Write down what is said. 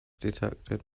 detected